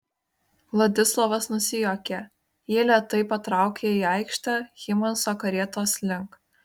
vladislovas nusijuokė jie lėtai patraukė į aikštę hymanso karietos link